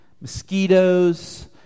mosquitoes